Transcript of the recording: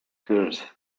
hers